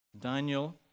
Daniel